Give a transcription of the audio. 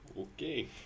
Okay